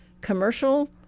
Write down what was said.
commercial